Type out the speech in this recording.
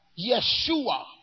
Yeshua